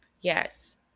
Yes